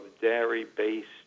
dairy-based